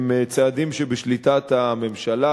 הם צעדים שבשליטת הממשלה,